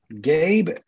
Gabe